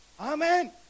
Amen